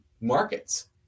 markets